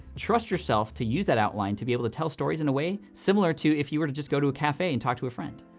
trust yourself to use that outline to be able to tell stories in a way similar to if you were to just go to a cafe and talk to a friend.